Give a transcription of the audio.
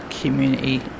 community